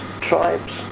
tribes